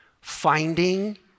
finding